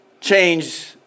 Change